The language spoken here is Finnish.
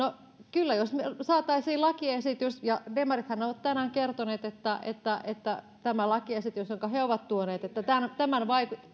no jos me saisimme lakiesityksen ja demarithan ovat tänään kertoneet että että tämän lakiesityksen jonka he he ovat tuoneet tämän